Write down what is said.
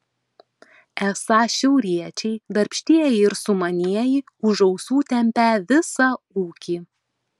esą šiauriečiai darbštieji ir sumanieji už ausų tempią visą ūkį